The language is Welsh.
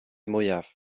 mwyaf